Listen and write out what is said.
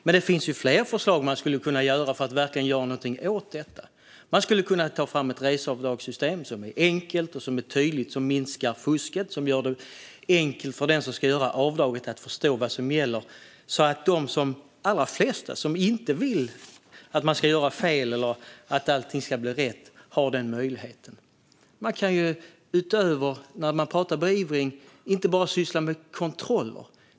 Men det finns ju fler förslag man skulle kunna genomföra för att verkligen göra någonting åt detta. Man skulle kunna ta fram ett reseavdragssystem som är enkelt och tydligt, som minskar fusket och som gör det enkelt för den som ska göra avdraget att förstå vad som gäller så att de - de allra flesta - som inte vill göra fel utan vill att allt ska bli rätt har den möjligheten. När det gäller beivrande kan man inte bara syssla med kontroller.